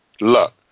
luck